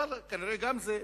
כנראה גם זה אפשרי.